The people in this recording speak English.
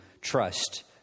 trust